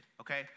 okay